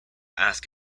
ask